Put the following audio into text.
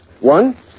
One